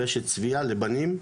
רשת צביה לבנים,